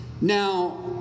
Now